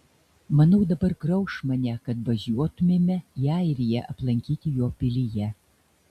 manau dabar grauš mane kad važiuotumėme į airiją aplankyti jo pilyje